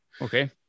Okay